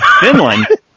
Finland